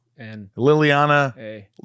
liliana